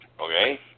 okay